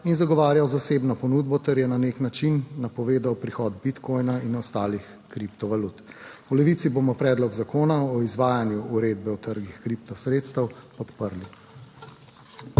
in zagovarjal zasebno ponudbo ter je na nek način napovedal prihod bitcoina in ostalih kriptovalut. V Levici bomo Predlog zakona o izvajanju Uredbe (EU) o trgih kriptosredstev podprli.